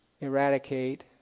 eradicate